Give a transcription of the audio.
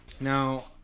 Now